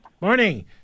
Morning